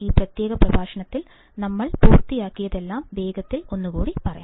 ഈ പ്രത്യേക പ്രഭാഷണത്തിൽ ഞങ്ങൾ പൂർത്തിയാക്കിയതെല്ലാം വേഗത്തിൽ ഒന്നുകൂടി പറയും